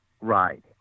Right